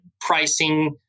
pricing